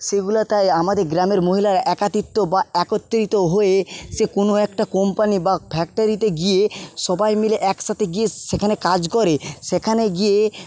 সেইগুলো তাই আমাদের গ্রামের মহিলারা একাতিত্ব বা একত্রিত হয়ে সে কোন একটা কোম্পানি বা ফ্যাক্টারিতে গিয়ে সবাই মিলে একসাথে গিয়ে সেখানে কাজ করে সেখানে গিয়ে